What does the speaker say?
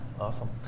Awesome